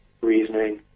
reasoning